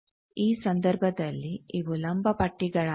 ಈ ಸಂದರ್ಭದಲ್ಲಿ ಇವು ಲಂಬ ಪಟ್ಟಿಗಳಾಗಿವೆ